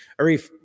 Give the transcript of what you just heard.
Arif